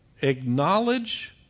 acknowledge